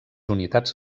unitats